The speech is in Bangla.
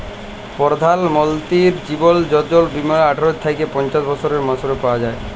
পরধাল মলতিরি জীবল যজলা বীমা আঠার থ্যাইকে পঞ্চাশ বসরের মালুসের জ্যনহে পায়